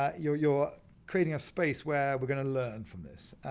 ah you're you're creating a space where we're gonna learn from this.